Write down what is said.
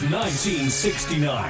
1969